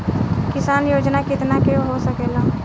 किसान योजना कितना के हो सकेला?